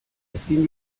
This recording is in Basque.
ezin